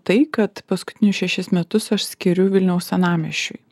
tai kad paskutinius šešis metus aš skiriu vilniaus senamiesčiui